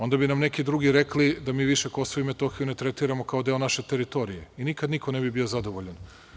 Onda bi nam neki drugi rekli da mi više KiM ne tretiramo kao deo naše teritorije i niko nikad ne bi bio zadovoljan.